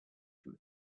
from